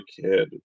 kid